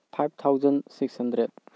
five thousand six hundred